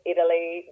Italy